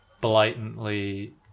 blatantly